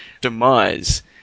demise